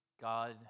God